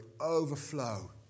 overflow